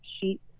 sheep